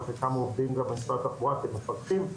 וחלקם עובדים במשרד התחבורה כמפקחים.